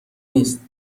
نیست